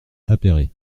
appéré